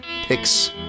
Picks